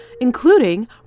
including